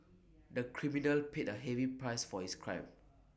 the criminal paid A heavy price for his crime